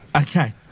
Okay